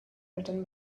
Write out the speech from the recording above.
written